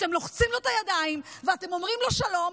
שאתם לוחצים לו את הידיים ואתם אומרים לו שלום,